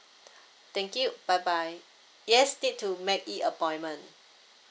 thank you bye bye yes need to make it appointment